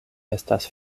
estas